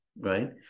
right